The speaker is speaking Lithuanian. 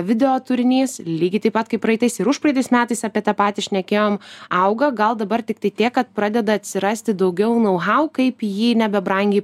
video turinys lygiai taip pat kaip praeitais ir užpraeitais metais apie tą patį šnekėjom auga gal dabar tiktai tiek kad pradeda atsirasti daugiau nau hau kaip jį nebrangiai